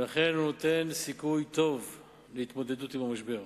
ולכן הוא נותן סיכוי טוב להתמודדות עם המשבר.